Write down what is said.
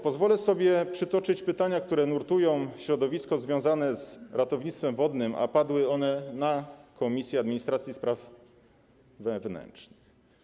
Pozwolę sobie przytoczyć pytania, które nurtują środowisko związane z ratownictwem wodnym, a padły one na posiedzeniu Komisji Administracji i Spraw Wewnętrznych.